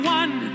one